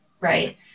right